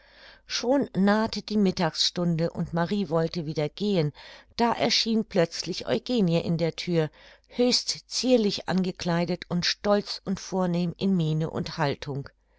schon nahte die mittagstunde und marie wollte wieder gehen da erschien plötzlich eugenie in der thür höchst zierlich angekleidet und stolz und vornehm in miene und haltung